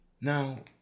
Now